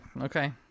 okay